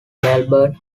melbourne